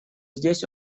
здесь